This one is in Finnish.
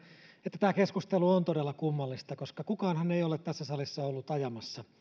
että tämä keskustelu on todella kummallista koska kukaanhan ei ole tässä salissa ollut ajamassa